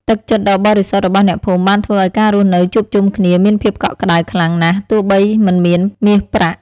ទឹកចិត្តដ៏បរិសុទ្ធរបស់អ្នកភូមិបានធ្វើឱ្យការរស់នៅជួបជុំគ្នាមានភាពកក់ក្ដៅខ្លាំងណាស់ទោះបីមិនមានមាសប្រាក់។